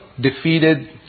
defeated